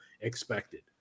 expected